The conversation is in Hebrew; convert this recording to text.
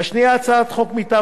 והשנייה הצעת חוק מטעם